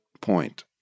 point